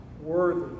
worthy